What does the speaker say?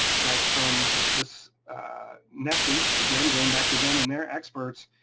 like from this nesc, again, going back to them and their experts,